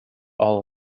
all